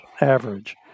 average